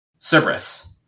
Cerberus